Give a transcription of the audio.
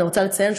אני רוצה לציין,